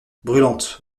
brûlantes